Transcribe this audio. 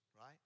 right